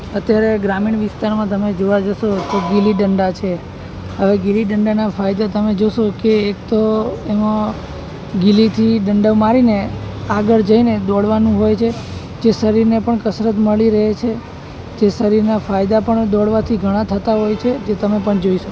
અત્યારે ગ્રામીણ વિસ્તારમાં તમે જોવા જશો તો ગીલી દંડા છે હવે ગીલી દંડાના ફાયદા તમે જોશો કે એક તો એમાં ગીલીથી દંડો મારીને આગળ જઈને દોડવાનું હોય છે જે શરીરને પણ કસરત મળી રહે છે જે શરીરના ફાયદા પણ દોડવાથી ઘણા થતા હોય છે જે તમે પણ જોઈ શકો છો